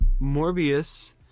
morbius